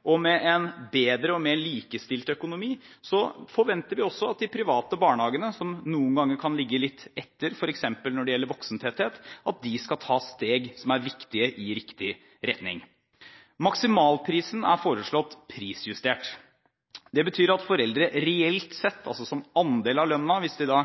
og med en bedre og mer likestilt økonomi forventer vi at de private barnehagene, som noen ganger kan ligge litt etter, f.eks. når det gjelder voksentetthet, skal ta viktige steg i riktig retning. Maksimalprisen er foreslått prisjustert. Det betyr at foreldre reelt sett – altså som andel av lønnen, hvis de